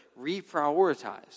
reprioritize